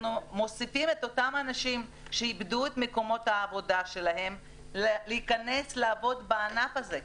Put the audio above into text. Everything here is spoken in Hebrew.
אנחנו מוסיפים אותם אנשים שאיבדו מקומות עבודתם להיכנס לעבוד בענף הזה,